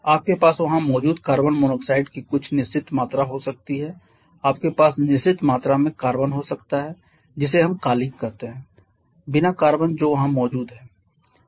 आपके पास वहां मौजूद कार्बन मोनोऑक्साइड की कुछ निश्चित मात्रा हो सकती है आपके पास निश्चित मात्रा में कार्बन हो सकता है जिसे हम कालिख कहते हैं बिना कार्बन जो वहां मौजूद है